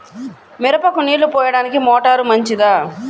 మిరపకు నీళ్ళు పోయడానికి మోటారు మంచిదా?